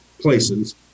places